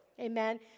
Amen